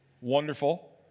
Wonderful